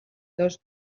dos